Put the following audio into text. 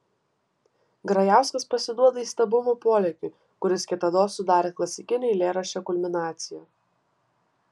grajauskas pasiduoda įstabumo polėkiui kuris kitados sudarė klasikinio eilėraščio kulminaciją